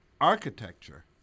Architecture